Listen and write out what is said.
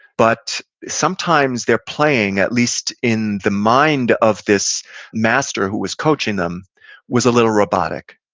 but sometimes their playing, at least in the mind of this master who was coaching them was a little robotic.